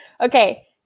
Okay